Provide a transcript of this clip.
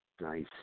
Nice